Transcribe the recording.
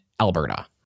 Alberta